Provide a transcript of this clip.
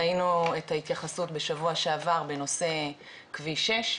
ראינו את ההתייחסות בשבוע שעבר בנושא כביש 6,